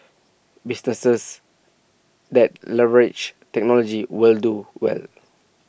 businesses that leverage technology will do well